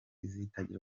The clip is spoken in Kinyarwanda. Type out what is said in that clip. zitagira